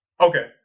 Okay